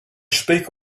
speak